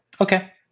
Okay